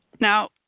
Now